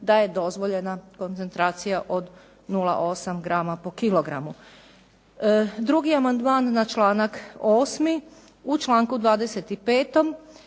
da je dozvoljena koncentracija od 0,8 grama po kilogramu. Drugi amandman na članak 8. u članku 25.,